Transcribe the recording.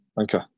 Okay